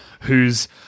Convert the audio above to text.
who's-